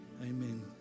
Amen